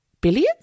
billions